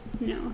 No